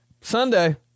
Sunday